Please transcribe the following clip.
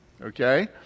Okay